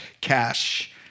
cash